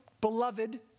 beloved